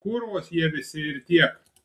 kurvos jie visi ir tiek